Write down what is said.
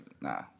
nah